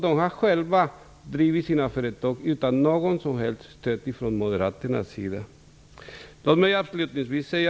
De har själva drivit sina företag utan något som helst stöd från Moderaternas sida.